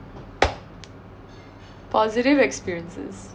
positive experiences